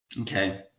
Okay